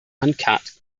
uncut